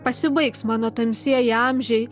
pasibaigs mano tamsieji amžiai